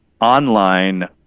online